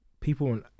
people